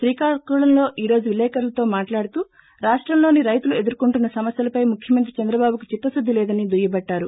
శ్రీకాకుళంలో ఈ రోజు విలేకర్లతో మాట్లాడుతూ రాష్టంలోని రైతులు ఎదుర్చొంటున్న సమస్యలపై ముఖ్యమంత్రి చంద్రబాబు కి చిత్తసుద్ది లేదని దుయ్యబట్టారు